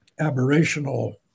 aberrational